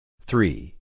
Three